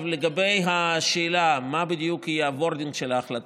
לגבי השאלה מה בדיוק יהיה ה-wording של ההחלטה,